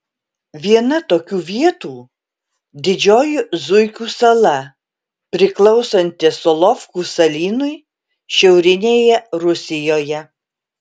viena tokių vietų didžioji zuikių sala priklausanti solovkų salynui šiaurinėje rusijoje